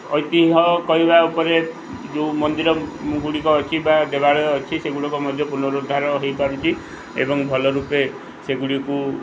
ଐତିହ୍ୟ କହିବା ଉପରେ ଯେଉଁ ମନ୍ଦିରଗୁଡ଼ିକ ଅଛି ବା ଦେବାଳୟ ଅଛି ସେଗୁଡ଼ିକ ମଧ୍ୟ ପୁନରୁଦ୍ଧାର ହୋଇପାରୁଛି ଏବଂ ଭଲ ରୂପେ ସେଗୁଡ଼ିକୁ